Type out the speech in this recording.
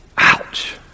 Ouch